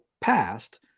passed